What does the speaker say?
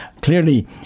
clearly